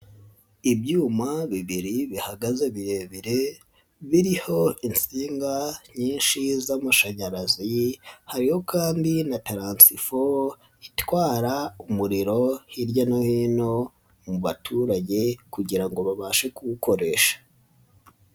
Ibyuma bibiri bihagaze birebire biriho insinga nyinshi z'amashanyarazi hariho kandi na taransifo itwara umuriro hirya no hino mu baturage kugira ngo babashe kuwukoresha.